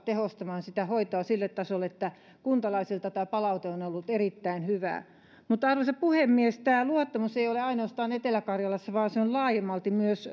tehostamaan sitä hoitoa sille tasolle että kuntalaisilta tämä palaute on on ollut erittäin hyvää mutta arvoisa puhemies tämä luottamus ei ole ainoastaan etelä karjalassa vaan se on laajemmalti myös